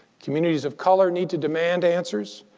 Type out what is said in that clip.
communities of color need to demand answers.